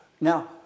Now